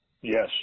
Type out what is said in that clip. Yes